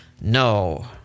No